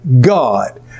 God